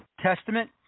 Testament